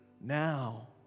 now